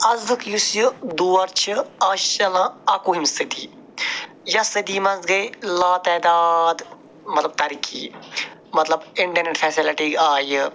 آزُک یُس یہِ دور چھِ آز چھِ چلان اَکہٕ وُہِم صدی یَتھ صدی منٛز گٔے لا تعداد مطلب ترقی مطلب اِنٛٹَرنٮ۪ٹ فیسلٹی آیہِ